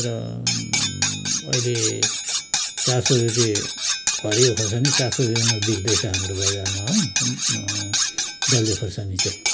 र अहिले चार सौ रुपियाँ हरियो खोर्सानी चार सौ रुपियाँमा बिक्दैछ हाम्रो बजारमा हो डल्ले खोर्सानी चाहिँ